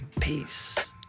Peace